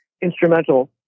instrumental